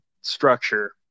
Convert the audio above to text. structure